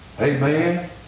amen